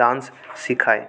dance শেখায়